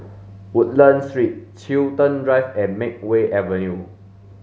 Woodlands Street Chiltern Drive and Makeway Avenue